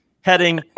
heading